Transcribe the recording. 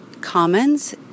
Commons